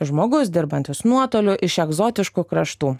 žmogus dirbantis nuotoliu iš egzotiškų kraštų